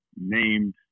named